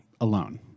alone